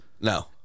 no